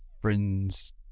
friend's